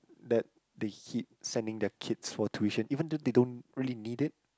that they keep sending their kids for tuition even though they don't really need it